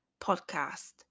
podcast